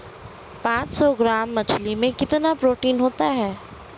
पांच सौ ग्राम मछली में कितना प्रोटीन होता है?